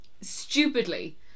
stupidly